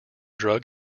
drug